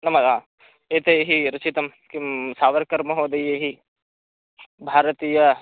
नाम आम् एतैः रचितं किं सावर्कर् महोदयैः भारतीय